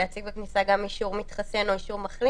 להציג בכניסה גם אישור מתחסן או אישור מחלים